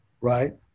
right